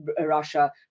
Russia